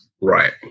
right